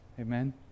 Amen